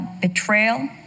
betrayal